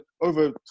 over